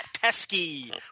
Pesky